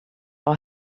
our